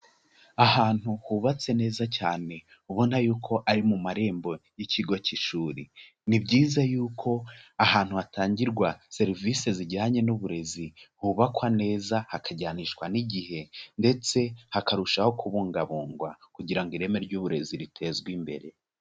Ahantu hubatse neza cyane ubona yuko ari mu marembo y'ikigo k'ishuri, ni byiza yuko ahantu hatangirwa serivise zijyanye n'uburezi, hubakwa neza hakajyanishwa n'igihe ndetse hakarushaho kubungabungwa kugira ngo ireme ry'uburezi ritezwe imbere.